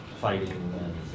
fighting